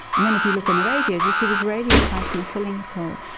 and then if you look in the radios you see this radio plasma filling it all.